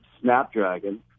Snapdragon